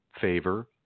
favor